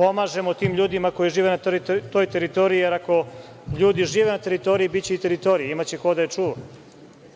pomažemo tim ljudima koji žive na toj teritoriji, jer ako ljudi žive na teritoriji, biće i teritorije, imaće ko da je